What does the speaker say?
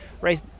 race